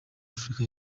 afrika